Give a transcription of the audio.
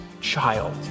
child